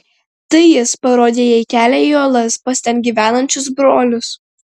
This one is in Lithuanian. tai jis parodė jai kelią į uolas pas ten gyvenančius brolius